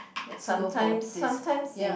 let's go for this ya